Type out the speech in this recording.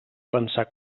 pensar